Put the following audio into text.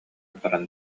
баран